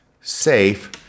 safe